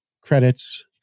credits